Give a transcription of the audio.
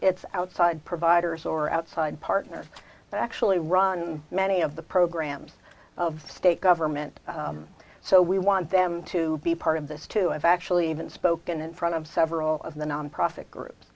it's outside providers or outside partners that actually run many of the programs of state government so we want them to be part of this too and actually even spoken in front of several of the nonprofit groups